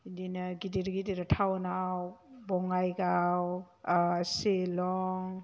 बिदिनो गिदिर गिदिर टाउनाव बङाइगाव शिलं